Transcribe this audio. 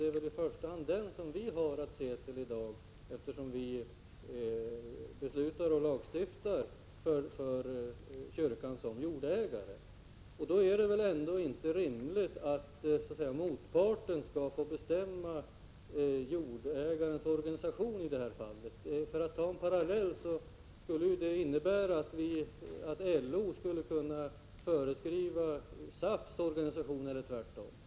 Det är i första hand detta vi har att se till i dag, eftersom vi fattar beslut och lagstiftar för kyrkan som jordägare. Då är det väl ändå inte rimligt att motparten skall få bestämma när det gäller jordägarens organisation härvidlag. För att dra en parallell skulle LO under sådana förhållanden kunna föreskriva något då det gäller SAF:s organisation, eller tvärtom.